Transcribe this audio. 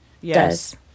Yes